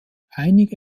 einige